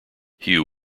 hugh